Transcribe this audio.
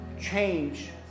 change